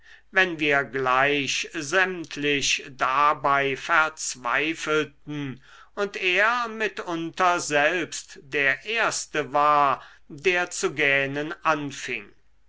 wenn wir gleich sämtlich dabei verzweifelten und er mitunter selbst der erste war der zu gähnen anfing